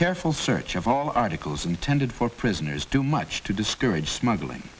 careful search of all articles intended for prisoners do much to discourage smuggling